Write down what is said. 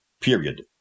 period